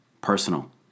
personal